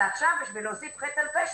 ועכשיו להוסיף חטא על פשע,